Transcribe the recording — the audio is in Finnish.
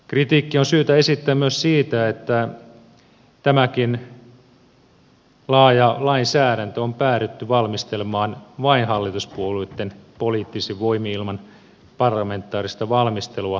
kritiikkiä on syytä esittää myös siitä että tämäkin laaja lainsäädäntö on päädytty valmistelemaan vain hallituspuolueitten poliittisin voimin ilman parlamentaarista valmistelua